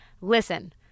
listen